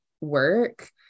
work